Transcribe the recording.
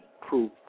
proof